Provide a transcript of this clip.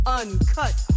uncut